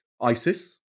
ISIS